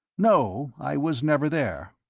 no, i was never there.